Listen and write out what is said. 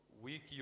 week